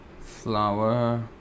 flower